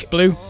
Blue